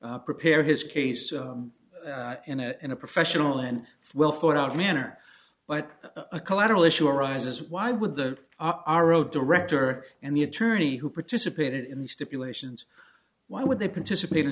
s prepare his case in a in a professional and well thought out manner but a collateral issue arises why would the aro director and the attorney who participated in the stipulations why would they participate in